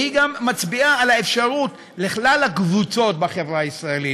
והיא גם מצביעה על האפשרות לכלל הקבוצות בחברה הישראלית.